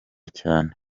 cyane